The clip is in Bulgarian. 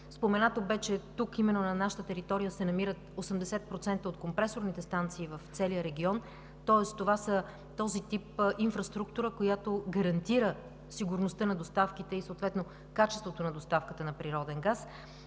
Споменато бе, че именно на нашата територия се намират 80% от компресорните станции в целия регион, тоест това е този тип инфраструктура, която гарантира сигурността на доставките и съответно качеството на доставката на природен газ,